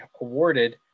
awarded